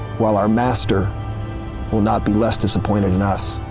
while our master will not be less disappointed in us.